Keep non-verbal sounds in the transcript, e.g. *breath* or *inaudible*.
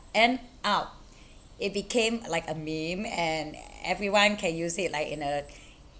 end up *breath* it became like a meme and everyone can use it like in a *breath*